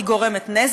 היא גורמת נזק,